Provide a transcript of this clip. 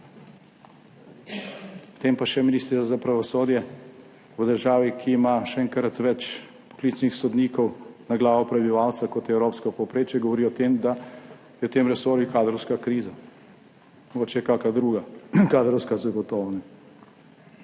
Potem pa še ministrica za pravosodje v državi, ki ima še enkrat več poklicnih sodnikov na glavo prebivalca, kot je evropsko povprečje, govori o tem, da je v tem resorju kadrovska kriza. Mogoče je kakšna druga, kadrovska zagotovo